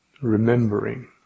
remembering